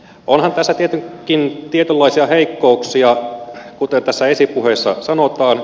onhan tässä tietenkin tietynlaisia heikkouksia kuten tässä esipuheessa sanotaan